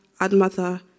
Admatha